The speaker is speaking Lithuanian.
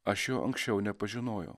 aš jo anksčiau nepažinojo